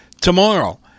Tomorrow